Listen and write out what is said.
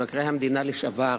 מבקרי המדינה לשעבר,